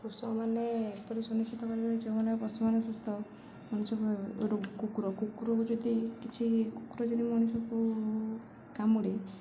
ପଶୁମାନେ ଏପରି ସୁନିଶ୍ଚିତ କରିବା ଯେଉଁମାନେ ପଶୁମାନ ସୁସ୍ଥ ମଣିଷ କୁକୁର କୁକୁରକୁ ଯଦି କିଛି କୁକୁର ଯଦି ମଣିଷକୁ କାମୁଡ଼େ